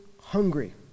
hungry